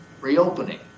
reopening